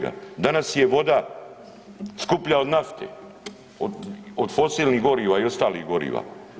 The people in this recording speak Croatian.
Danas je voda skuplja od nafte, od fosilnih goriva i ostalih goriva.